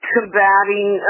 Combating